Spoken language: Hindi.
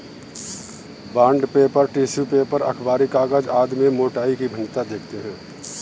बॉण्ड पेपर, टिश्यू पेपर, अखबारी कागज आदि में मोटाई की भिन्नता देखते हैं